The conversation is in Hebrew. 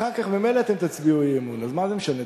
אחר כך ממילא אתם תצביעו אי-אמון, אז מה זה משנה?